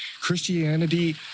christianity